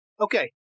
Okay